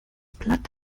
blatt